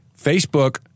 Facebook